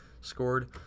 Scored